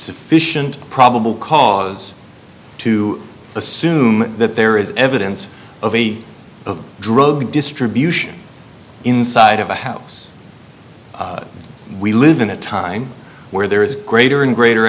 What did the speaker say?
sufficient probable cause to assume that there is evidence of a drug distribution inside of a house we live in a time where there is greater and greater